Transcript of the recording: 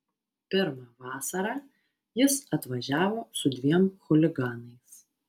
pirmą vasarą jis atvažiavo su dviem chuliganais